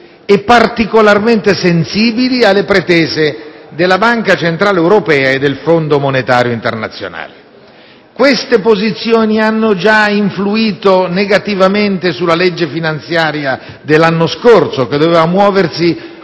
e particolarmente sensibili alle pretese della Banca centrale europea e del Fondo monetario internazionale. Queste posizioni hanno già influito negativamente sulla legge finanziaria dell'anno scorso, che doveva muoversi